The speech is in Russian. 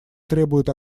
требует